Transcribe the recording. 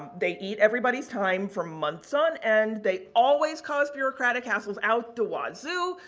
they eat everybody's time for months on end. they always cause bureaucratic hassles out the wazzoo.